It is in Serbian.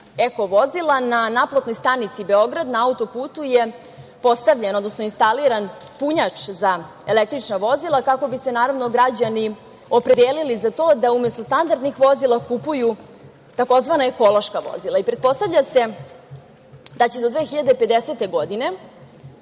eko vozila, na naplatnoj stanici Beograd, na auto-putu je postavljen odnosno instaliran punjač za električna vozila, kako bi se građani opredelili za to da umesto standardnih vozila kupuju tzv. ekološka vozila. Pretpostavlja se da će do 2050. godine